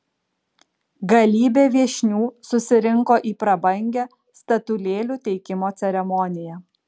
galybė viešnių susirinko į prabangią statulėlių teikimo ceremoniją